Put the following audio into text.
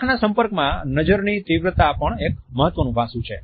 આંખના સંપર્કમાં નજરની તીવ્રતા પણ એક મહત્વનું પાસું છે